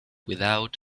without